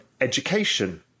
education